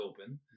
open